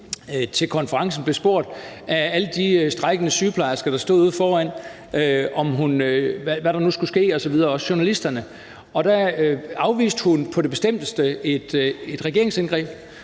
til konferencen blev spurgt af alle de strejkende sygeplejersker, der stod ude foran, hvad der nu skulle ske osv., også af journalisterne. Der afviste hun på det bestemteste et regeringsindgreb